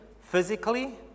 physically